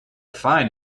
find